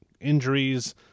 injuries